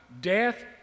Death